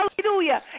Hallelujah